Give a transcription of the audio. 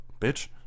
bitch